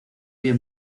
vio